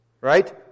Right